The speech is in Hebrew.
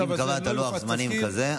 אם קבעת לוח זמנים כזה,